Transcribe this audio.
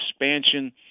expansion